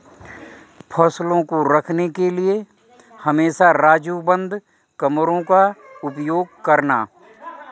फसलों को रखने के लिए हमेशा राजू बंद कमरों का उपयोग करना